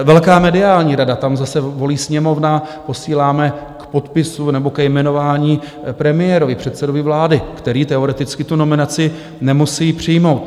Velká mediální rada, tam zase volí Sněmovna, posíláme k podpisu nebo ke jmenování premiérovi, předsedovi vlády, který teoreticky tu nominaci nemusí přijmout.